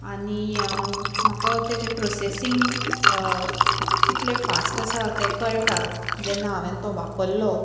आनी म्हाका तेजे प्रोसेसींग कितलें फास्ट आसा तें कळटा जेन्ना हांवेन तो वापरलो